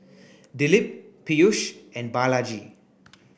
Dilip Peyush and Balaji